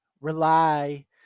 rely